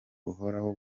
buhoraho